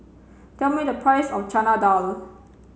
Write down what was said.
tell me the price of Chana Dal